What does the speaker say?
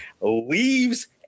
leaves